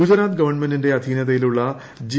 ഗുജറാത്ത് ഗവൺമെന്റിന്റെ അധീനതയിലുള്ള ജി